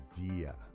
idea